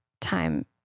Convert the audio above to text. time